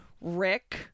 Rick